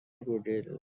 گوگل